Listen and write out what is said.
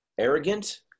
arrogant